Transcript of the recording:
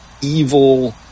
evil